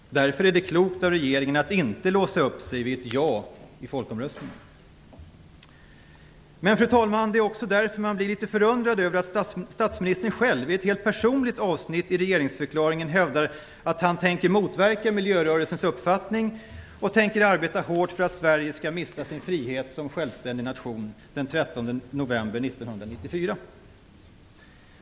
Därför är det klokt av regeringen att inte låsa sig vid ett ja i folkomröstningen. Men, fru talman, det är också därför man blir litet förundrad över att statsministern själv, i ett helt personligt avsnitt i regeringsförklaringen, hävdar att han tänker motverka miljörörelsens uppfattning och arbeta hårt för att Sverige skall mista sin frihet som självständig nation den 13 november 1994.